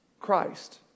Christ